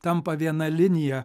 tampa viena linija